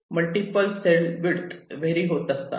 multiple cell width vary होत असतात